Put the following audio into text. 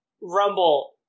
Rumble